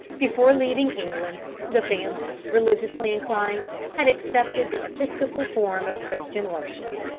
before leaving england the family, religiously inclined, had accepted the episcopal form of christian worship.